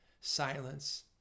silence